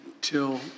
Till